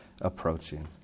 approaching